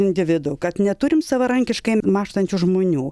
individų kad neturim savarankiškai mąštančių žmonių